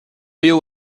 you